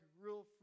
real